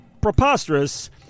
preposterous